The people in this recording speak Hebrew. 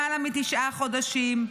למעלה מתשעה חודשים,